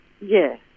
Yes